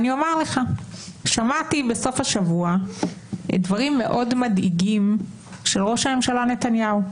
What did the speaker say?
שמעתי בסוף השבוע דברים מאוד מדאיגים של ראש הממשלה נתניהו,